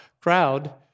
crowd